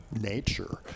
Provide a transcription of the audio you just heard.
nature